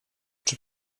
czy